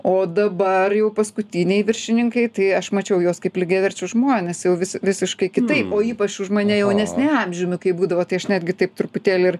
o dabar jau paskutiniai viršininkai tai aš mačiau juos kaip lygiaverčius žmones jau vis visiškai kitaip o ypač už mane jaunesni amžiumi kai būdavo tai aš netgi taip truputėlį ir